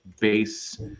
base